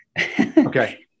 Okay